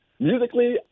Musically